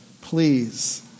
Please